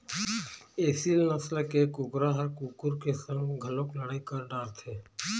एसील नसल के कुकरा ह कुकुर संग घलोक लड़ई कर डारथे